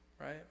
right